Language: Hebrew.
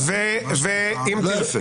זה לא יפה.